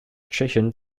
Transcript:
tschechien